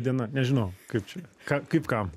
diena nežinau kaip čia ką kaip kam